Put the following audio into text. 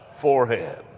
forehead